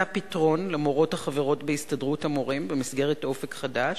פתרון למורות החברות בהסתדרות המורים במסגרת "אופק חדש".